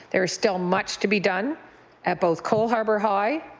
there is still much to be done at both cole harbour high,